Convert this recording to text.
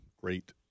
great